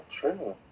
true